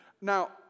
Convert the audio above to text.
Now